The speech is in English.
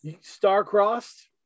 Star-crossed